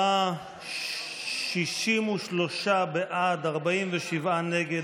ההצבעה: 63 בעד, 47 נגד.